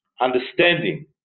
understanding